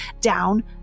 down